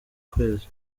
kwezi